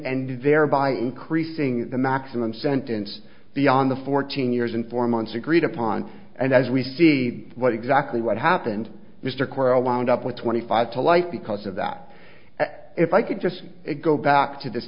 ended there by increasing the maximum sentence beyond the fourteen years and four months agreed upon and as we see what exactly what happened mr cora wound up with twenty five to life because of that if i could just go back to this